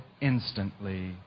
instantly